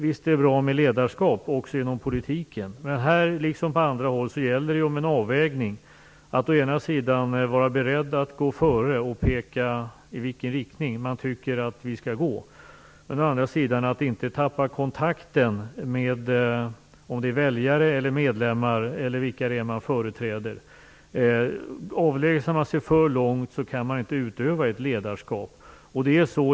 Visst är det bra med ledarskap, också inom politiken. Men här, liksom på andra håll, gäller det en avvägning - å ena sidan att vara beredd att gå före och peka ut i vilken riktning man tycker att vi skall gå, å andra sidan att inte tappa kontakten med väljare eller med medlemmar, vilka man nu företräder. Avlägsnar man sig för långt kan man inte utöva ett ledarskap.